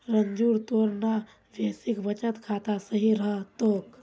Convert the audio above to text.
रंजूर तोर ना बेसिक बचत खाता सही रह तोक